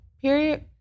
period